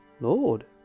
Lord